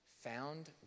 found